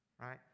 right